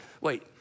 wait